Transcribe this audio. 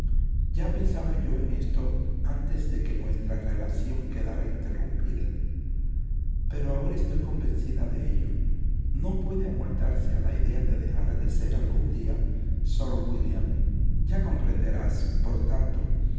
ya pensaba yo en esto antes de que nuestra relación quedara interrumpida pero ahora estoy convencida de ello no puede amoldarse a la idea de dejar de ser algún día sir william ya comprenderás por tanto